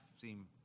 seem